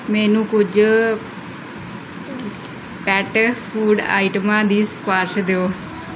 ਮੈਨੂੰ ਕੁਝ pet food ਆਈਟਮਾਂ ਦੀ ਸਿਫਾਰਸ਼ ਦਿਓ